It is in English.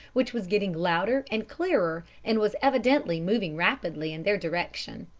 which was getting louder and clearer, and was evidently moving rapidly in their direction.